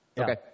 Okay